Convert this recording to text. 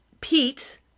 Pete